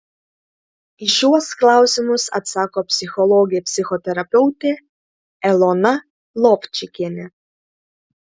į šiuos klausimus atsako psichologė psichoterapeutė elona lovčikienė